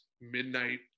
midnight